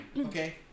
Okay